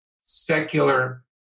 secular